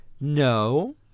No